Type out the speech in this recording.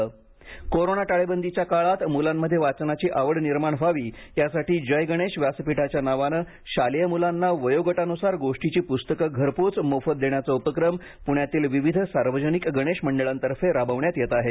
जय Ganesh Vyaspeeth corona टाळेबंदीच्या काळात मुलांमध्ये वाचनाची आवड निर्माण व्हावी यासाठी जय गणेश व्यासपीठाच्या नावाने शालेय मुलांना वयोगटानुसार गोष्टीची पुस्तके घरपोच मोफत देण्याचा उपक्रम पुण्यातील विविध सार्वजनिक गणेश मंडळांतर्फे राबवण्यात येत आहे